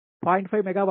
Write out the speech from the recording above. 5 megawatt